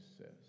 says